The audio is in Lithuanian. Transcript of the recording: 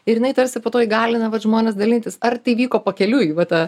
ir jinai tarsi po to įgalina vat žmones dalytis ar tai vyko pakeliui va ta